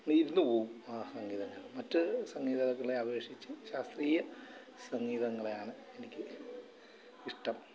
ഇരുന്നുപോവും ആ സംഗീതങ്ങൾ മറ്റു സംഗീതങ്ങളെ അപേക്ഷിച്ച് ശാസ്ത്രീയ സംഗീതങ്ങളെയാണ് എനിക്ക് ഇഷ്ടം